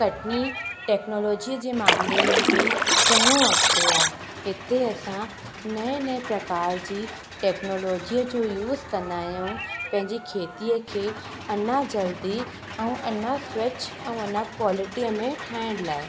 कटनी टैक्नोलॉजीअ जे मामिले में बि चङो अॻिते आहे हिते असां नए नए प्रकार जी टैक्नोलॉजीअ जो यूज़ कंदा आहियूं पंहिंजी खेतीअ खे अञा जल्दी ऐं अञा स्वछ ऐं अञा क्वालिटीअ में ठाहिण लाए